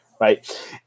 right